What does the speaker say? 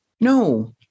no